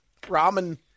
ramen